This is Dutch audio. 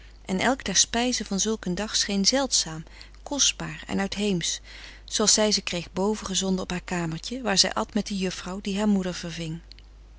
en elk der spijzen van zulk een dag scheen zeldzaam kostbaar en uitheemsch zooals zij ze kreeg bovenfrederik van eeden van de koele meren des doods gezonden op haar kamertje waar zij at met de juffrouw die haar moeder verving